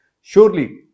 Surely